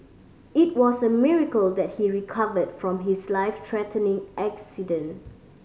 it was a miracle that he recovered from his life threatening accident